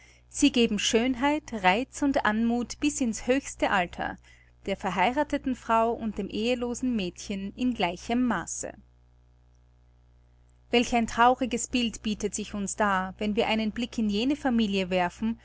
sie geben schönheit reiz und anmuth bis in's höchste alter der verheiratheten frau und dem ehelosen mädchen in gleichem maße welch ein trauriges bild bietet sich uns dar wenn wir einen blick in jene familie werfen